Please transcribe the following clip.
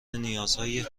نیازهای